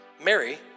Mary